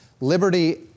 liberty